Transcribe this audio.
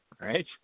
Right